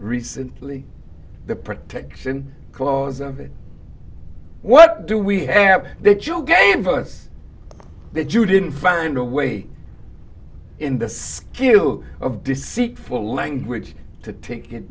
recently the protection clause of it what do we have that you gave us that you didn't find a way in the secu of deceitful language to take it